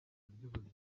by’ubuzima